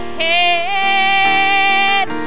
head